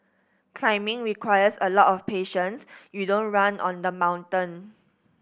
climbing requires a lot of patience you don't run on the mountain